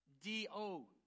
D-O